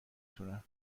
تونم